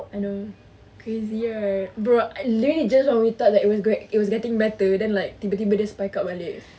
I know crazy right bro I literally just only thought like it was a getting better then like tiba-tiba spike up balik